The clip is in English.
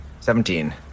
Seventeen